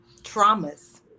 traumas